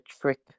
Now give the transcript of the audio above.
trick